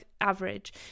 average